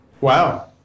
Wow